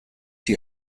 die